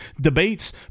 debates